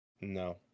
No